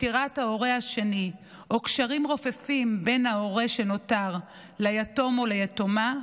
פטירת ההורה השני או קשרים רופפים בין ההורה שנותר ליתום או ליתומה,